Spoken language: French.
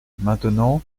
maintenant